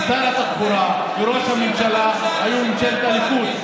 ושר התחבורה וראש הממשלה היו מממשלת הליכוד.